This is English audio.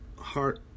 heart